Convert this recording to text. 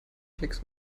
klicks